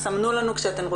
סלימאן.